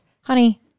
Honey